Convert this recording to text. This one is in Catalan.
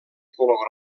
color